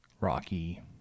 rocky